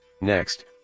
Next